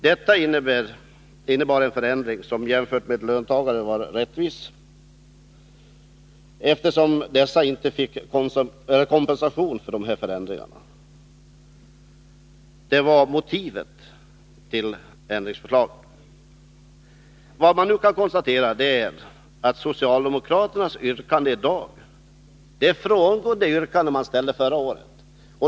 Detta innebar en förändring som, jämfört med löntagare, var rättvis, eftersom dessa senare inte fick någon kompensation för sådana förändringar. Detta var motiveringen för ändringsförslaget. Vad man nu kan konstatera är att socialdemokraterna i sitt yrkande i dag frångår det yrkande som de ställde förra året.